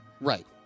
Right